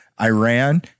Iran